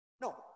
No